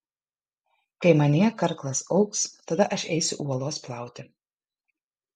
kai manyje karklas augs tada aš eisiu uolos plauti